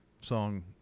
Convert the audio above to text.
song